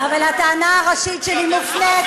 אבל הטענה הראשית שלי מופנית